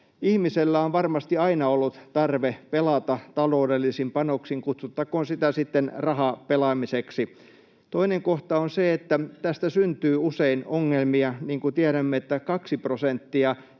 ihmisellä on varmasti aina ollut tarve pelata taloudellisin panoksin, kutsuttakoon sitä sitten rahapelaamiseksi. Toinen kohta on se, että tästä syntyy usein ongelmia. Niin kuin tiedämme, kaksi prosenttia